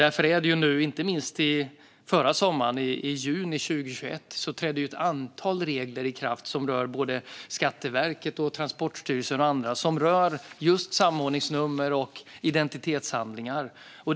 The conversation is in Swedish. I juni 2021 trädde ett antal regler i kraft kring just samordningsnummer och identitetshandlingar som rör både Skatteverket, Transportstyrelsen och andra.